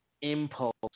impulse